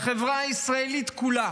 ידעו שהחברה הישראלית כולה